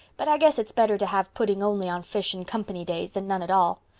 but i guess it's better to have pudding only on fish and company days than none at all.